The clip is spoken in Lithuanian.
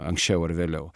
anksčiau ar vėliau